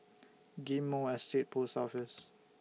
Ghim Moh Estate Post Office